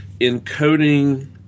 encoding